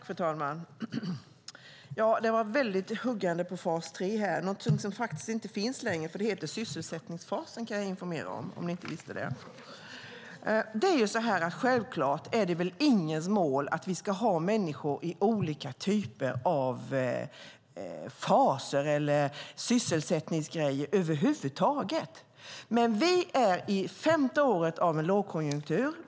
Fru talman! Det var ett väldigt huggande på fas 3 här. Fas 3 finns faktiskt inte längre, för den heter numera sysselsättningsfasen, kan jag informera om. Självklart är det ingens mål att vi ska ha människor i olika typer av faser eller sysselsättningsåtgärder över huvud taget. Men vi är inne på femte året av en lågkonjunktur.